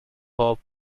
bob